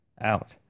out